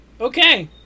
Okay